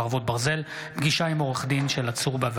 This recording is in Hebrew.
חברות וחברי הכנסת, שלום.